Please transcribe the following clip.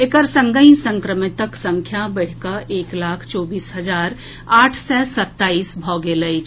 एकर संगहि संक्रमितक संख्या बढ़िकऽ एक लाख चौबीस हजार आठ सय सताईस भऽ गेल अछि